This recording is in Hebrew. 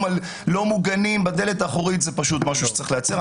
על לא מוגנים בדלת האחורית זה משהו שצריך להיעצר.